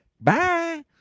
Bye